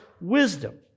wisdom